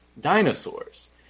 dinosaurs